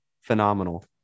phenomenal